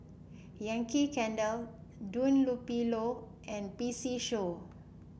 Yankee Candle Dunlopillo and P C Show